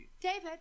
David